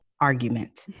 argument